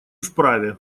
вправе